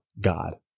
God